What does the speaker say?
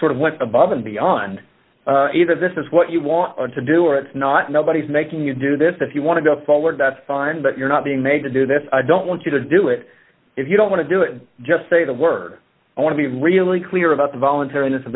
sort of went above and beyond either this is what you want to do or it's not nobody's making you do this if you want to go forward that's fine but you're not being made to do this i don't want you to do it if you don't want to do it just say the word i want to be really clear about the voluntarin